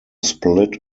split